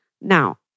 Now